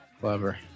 Clever